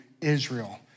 Israel